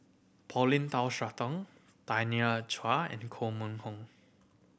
Paulin Tay Straughan Tanya Chua and Koh Mun Hong